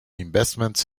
investments